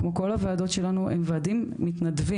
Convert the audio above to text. כמו כל הוועדות שלנו הם ועדים מתנדבים.